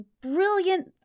brilliant